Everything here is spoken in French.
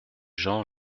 jean